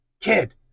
kid